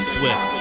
Swift